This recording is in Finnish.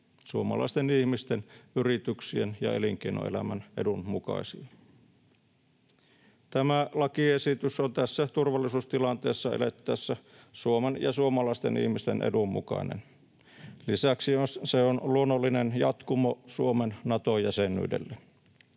suomalaisten ihmisten, yrityksien ja elinkeinoelämän edun mukaisia. Tämä lakiesitys on tässä turvallisuustilanteessa elettäessä Suomen ja suomalaisten ihmisten edun mukainen. Lisäksi se on luonnollinen jatkumo Suomen Nato-jäsenyydelle.